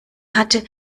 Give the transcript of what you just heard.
hatte